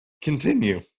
Continue